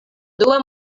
dua